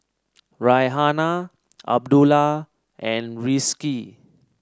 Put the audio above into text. Raihana Abdullah and Rizqi